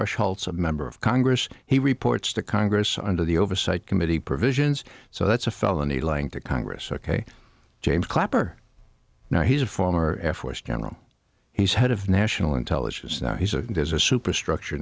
a member of congress he reports to congress under the oversight committee provisions so that's a felony lying to congress ok james clapper now he's a former air force general he's head of national intelligence now he's a there's a super structure